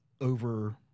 over